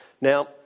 Now